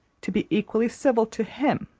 to be equally civil to him.